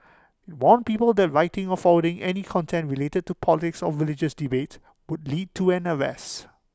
IT warned people that writing or forwarding any content related to politics or religious debates would lead to an arrest